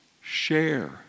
share